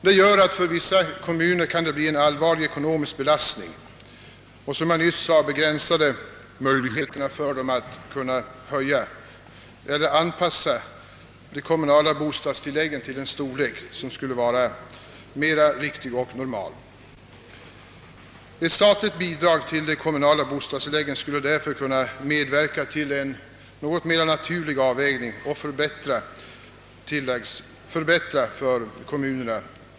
Detta medför en allvarlig ekonomisk belastning för vissa kommuner och — som jag sade nyss — begränsade möjligheter för dem att anpassa de kommunala bostadstilläggen till en storlek som skulle vara mera riktig och normal, Ett statligt bidrag till de kommunala bostadstilläggen skulle därför kunna medverka till en något mera naturlig avvägning och förbättra det ekonomiska läget för kommunerna.